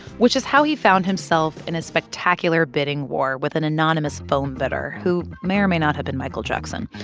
which is how he found himself in a spectacular bidding war with an anonymous phone bidder who may or may not have been michael jackson.